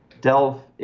delve